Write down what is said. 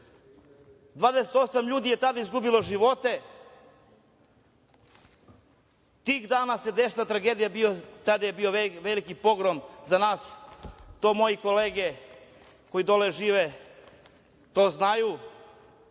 28 ljudi je tada izgubilo živote. Tih dana se desila tragedija, tada je bio veliki pogrom za nas. To moje kolege koje dole žive znaju